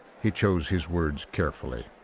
he chose his words carefully.